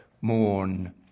mourn